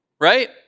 Right